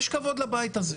יש כבוד לבית הזה.